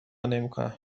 نمیکنم